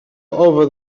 over